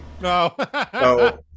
No